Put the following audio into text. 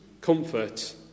comfort